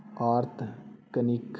R technique